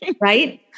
Right